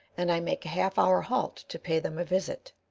and i make a half-hour halt to pay them a visit.